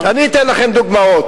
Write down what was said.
אני אתן לכם דוגמאות.